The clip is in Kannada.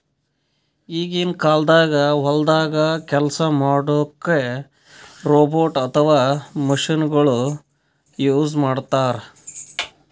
ಈಗಿನ ಕಾಲ್ದಾಗ ಹೊಲ್ದಾಗ ಕೆಲ್ಸ್ ಮಾಡಕ್ಕ್ ರೋಬೋಟ್ ಅಥವಾ ಮಷಿನಗೊಳು ಯೂಸ್ ಮಾಡ್ತಾರ್